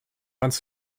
ans